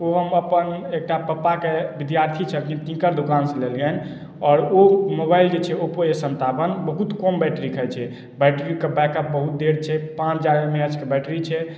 ओ हम अपन एकटा पप्पाके विद्यार्थी छलखिन तिनकर दोकानसँ लेलियैन आओर ओ मोबाइल जे छै ओप्पो ए सन्तावन बहुत कम बैट्री खाइत छै बैट्रीके बैकअप बहुत देर छै पाँच हजार एम एच के बैट्री छै